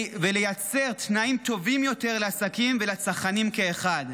ולייצר תנאים טובים יותר לעסקים ולצרכנים כאחד.